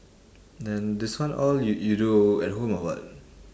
then this one all you you do at home or what